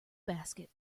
basket